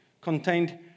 contained